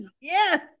yes